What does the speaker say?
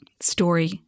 story